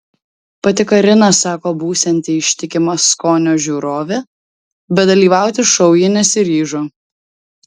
pati karina sako būsianti ištikima skonio žiūrovė bet dalyvauti šou ji nesiryžo